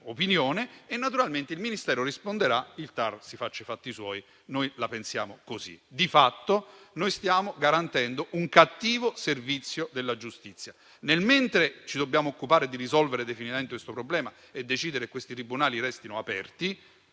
e naturalmente il Ministero risponderà: il TAR si faccia i fatti suoi, noi la pensiamo così. Di fatto, stiamo garantendo un cattivo servizio della giustizia. Mentre ci occupiamo di risolvere definitivamente questo problema, decidendo se questi tribunali devono restare